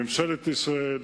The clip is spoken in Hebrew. ממשלת ישראל,